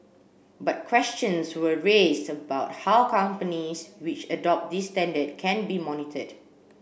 but questions were raised about how companies which adopt this standard can be monitored